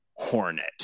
hornet